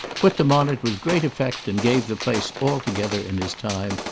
put them on it with great effect, and gave the place altogether, in his time,